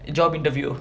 job interview